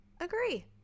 agree